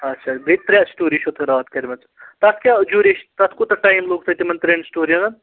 اچھا بیٚیہِ ترٛےٚ سٹوری چھَو تۄہہِ راتھ کٔرمٕژ تَتھ کیٛاہ جوٗریشن تَتھ کوٗتاہ ٹایم لوٚگ تۄہہِ تِمَن ترٛیٚن سِٹوریَن